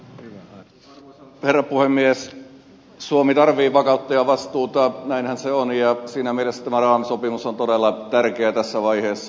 suomi tarvitsee vakautta ja vastuuta näinhän se on ja siinä mielessä tämä raamisopimus on todella tärkeä tässä vaiheessa